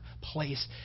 place